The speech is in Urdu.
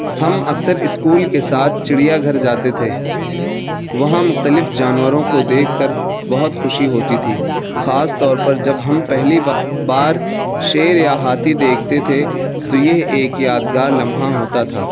ہم اکثر اسکول کے ساتھ چڑیا گھر جاتے تھے وہاں مختلف جانوروں کو دیکھ کر بہت خوشی ہوتی تھی خاص طور پر جب ہم پہلی بار شیر یا ہاتھی دیکھتے تھے تو یہ ایک یادگار لمحہ ہوتا تھا